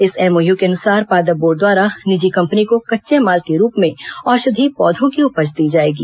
इस एमओयू के अनुसार पादप बोर्ड द्वारा निजी कंपनी को कच्चे माल के रूप में औषधीय पौधों की उपज दी जाएगी